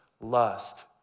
Lust